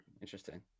Interesting